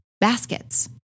baskets